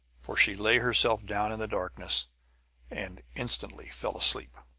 for she lay herself down in the darkness and instantly fell asleep.